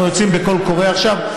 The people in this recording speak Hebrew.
אנחנו יוצאים בקול קורא עכשיו.